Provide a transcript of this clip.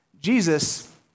Jesus